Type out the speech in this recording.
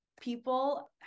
people